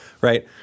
right